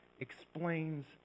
explains